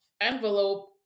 envelope